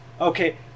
okay